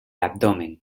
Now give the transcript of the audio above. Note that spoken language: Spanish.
abdomen